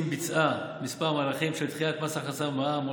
ביצעה כמה מהלכים של דחיית מס הכנסה ומע"מ,